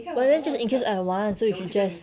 but then just in case I want so you should just